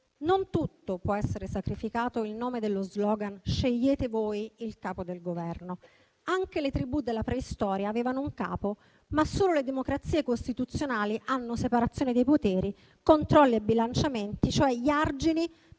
non tutto può essere sacrificato in nome dello slogan "scegliete voi il Capo del Governo". Anche le tribù della preistoria avevano un capo, ma solo le democrazie costituzionali hanno separazione dei poteri, controlli e bilanciamenti, cioè gli argini